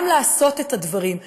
גם לעשות את הדברים,